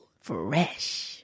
fresh